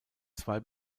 zwei